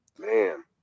Man